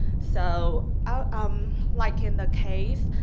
so, ah um like in the case,